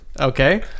Okay